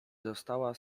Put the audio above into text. została